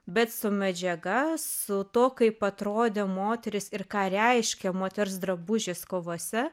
bet su medžiaga su to kaip atrodė moterys ir ką reiškia moters drabužis kovose